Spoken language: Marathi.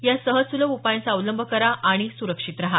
या सहज सुलभ उपायांचा अवलंब करा आणि सुरक्षित रहा